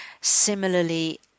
similarly